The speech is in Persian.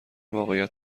واقعیت